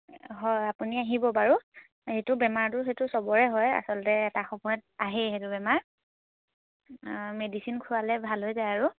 হয় আপুনি আহিব বাৰু সেইটো বেমাৰটো সেইটো চবৰে হয় আচলতে এটা সময়ত আহেই সেইটো বেমাৰ মেডিচিন খোৱালে ভাল হৈ যায় আৰু